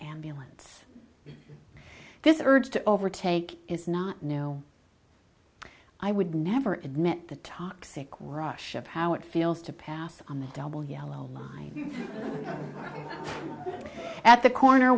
ambulance this urge to overtake is not no i would never admit the toxic rush of how it feels to pass on the double yellow line at the corner